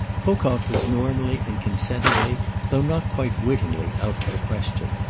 pocock was normally and consentingly though not quite wittingly out of the question.